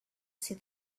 see